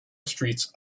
streets